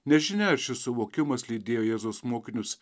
nežinia ar šis suvokimas lydėjo jėzaus mokinius